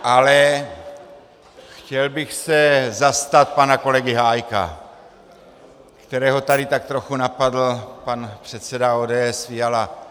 Ale chtěl bych se zastat pana kolegy Hájka, kterého tady tak trochu napadl pan předseda ODS Fiala.